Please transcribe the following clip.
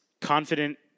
confident